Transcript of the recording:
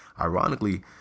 Ironically